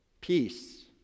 peace